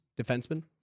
defenseman